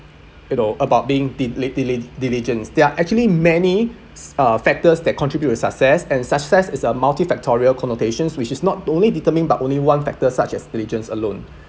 you know about being dili~ dili~ diligence there are actually many ~s uh factors that contribute to success and success is a multifactorial connotations which is not the only determine but only one factor such as diligence alone